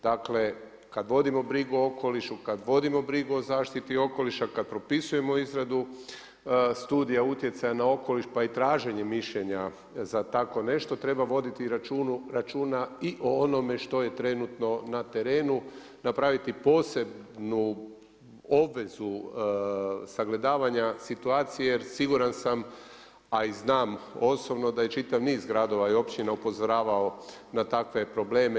Dakle kada vodimo brigu o okolišu, kada vodimo brigu o zaštiti okoliša, kada propisujemo izradu studija utjecaja na okoliš pa i traženje mišljenja za takvo nešto treba voditi računa i o onome što je trenutno na terenu, napraviti posebnu obvezu sagledavanja situacije jer siguran sam, a i znam osobno da je čitav niz gradova i općina upozoravao na takve probleme.